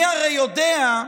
אני הרי יודע,